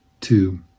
two